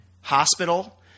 hospital